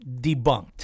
Debunked